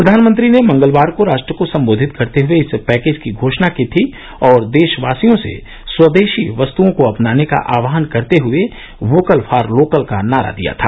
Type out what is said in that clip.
प्रधानमंत्री ने मंगलवार को राष्ट्र को संबोधित करते हए इस पैकेज की घोषणा की थी और देशवासियों से स्वदेशी वस्तुओं को अपनाने का आह्वान करते हए वोकल फॉर लोकल का नारा दिया था